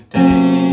day